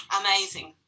amazing